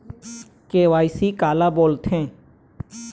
KYC काला बोलथें?